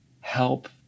help